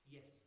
Yes